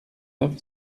neuf